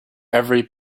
every